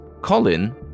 Colin